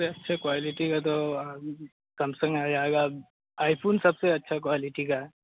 सबसे अच्छी क्वालिटी का तो सैमसंग जाएगा आईफ़ोन सबसे अच्छी क्वालिटी का है